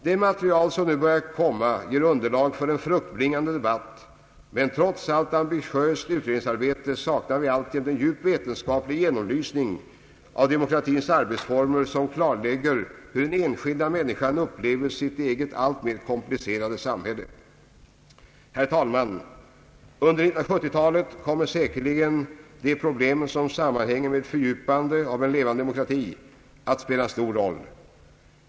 Det material som nu börjar komma ger underlag för en fruktbärande debatt, men trots allt ambitiöst utredningsarbete är vi också i behov av en djup vetenskaplig genomlysning av demokratins arbetsformer för att klarlägga hur den enskilda människan upplever sitt eget alltmer komplicerade samhälle. Herr talman! Under 1970-talet kommer säkerligen de problem som sammanhänger med fördjupande av en levande demokrati att spela en stor roll.